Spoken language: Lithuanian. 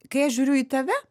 kai aš žiūriu į tave